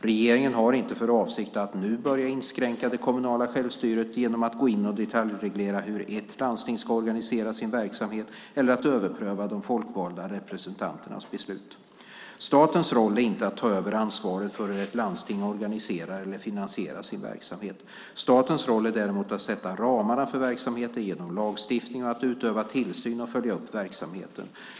Regeringen har inte för avsikt att nu börja inskränka det kommunala självstyret genom att gå in och detaljreglera hur ett landsting ska organisera sin verksamhet eller att överpröva de folkvalda representanternas beslut. Statens roll är inte att ta över ansvaret för hur ett landsting organiserar eller finansierar sin verksamhet. Statens roll är däremot att sätta ramarna för verksamheten genom lagstiftning och att utöva tillsyn och följa upp verksamheten.